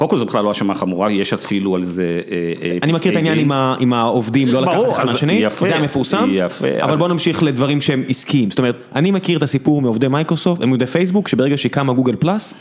קוקו זה בכלל לא האשמה חמורה, יש אפילו על זה פסטיילים. אני מכיר את העניין עם העובדים לא לקחת את השני, זה היה מפורסם. אבל בואו נמשיך לדברים שהם עסקיים. זאת אומרת, אני מכיר את הסיפור מעובדי מייקרוסופט, מעובדי פייסבוק, שברגע שהקמה גוגל פלאס.